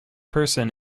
person